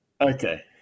Okay